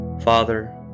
Father